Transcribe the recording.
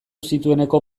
zitueneko